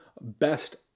best